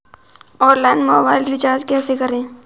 Online mobile recharge कैसे करें?